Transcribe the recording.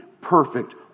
perfect